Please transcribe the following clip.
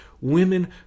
Women